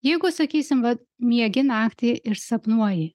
jeigu sakysim va miegi naktį ir sapnuoji